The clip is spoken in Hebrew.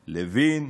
לוין,